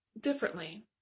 differently